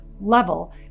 level